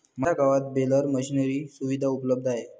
माझ्या गावात baler machinery सुविधा उपलब्ध आहे